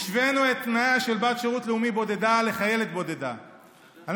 53 מיליארד לעבאס.